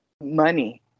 money